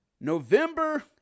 November